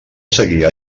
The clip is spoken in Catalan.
seguir